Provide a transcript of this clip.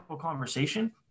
conversation